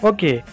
Okay